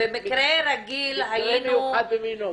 מקרה מיוחד במינו.